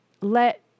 let